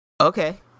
okay